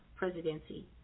presidency